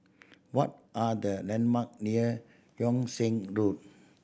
what are the landmark near Yung Sheng Road